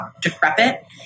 decrepit